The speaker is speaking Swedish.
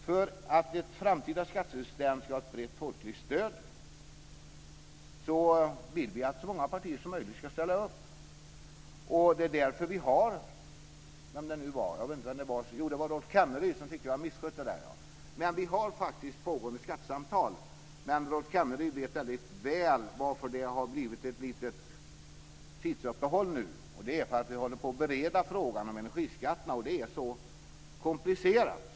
För att ett framtida skattesystem ska ha ett brett folkligt stöd vill vi att så många partier som möjligt ska ställa upp. Jag tror att det var Rolf Kenneryd som tyckte att vi hade misskött det där. Men vi har faktiskt pågående skattesamtal. Rolf Kenneryd vet väldigt väl varför det har blivit ett litet uppehåll nu. Det är för att vi håller på att bereda frågan om energiskatterna, och det är komplicerat.